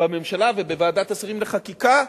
בממשלה ובוועדת השרים לחקיקה,